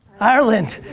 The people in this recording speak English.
ireland.